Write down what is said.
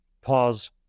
pause